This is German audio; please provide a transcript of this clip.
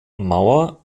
mauer